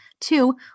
Two